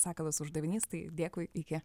sakalas uždavinys tai dėkui iki